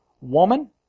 Woman